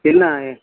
என்ன